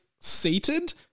seated